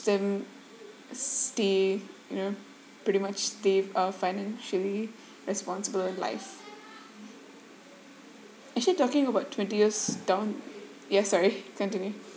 them stay you know pretty much they've a financially responsible life actually talking about twenty years down yeah sorry continue